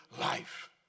life